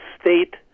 state